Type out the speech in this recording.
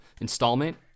installment